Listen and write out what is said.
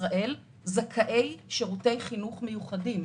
ישראל שהם זכאי שירותי חינוך מיוחדים,